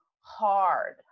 hard